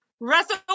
Russell